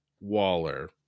Waller